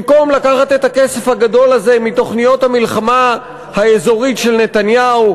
במקום לקחת את הכסף הגדול הזה מתוכניות המלחמה האזורית של נתניהו,